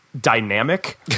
dynamic